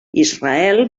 israel